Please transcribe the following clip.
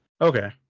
okay